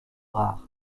rares